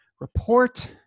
report